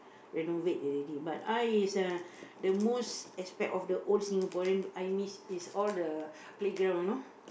renovate already but I is the the most aspect of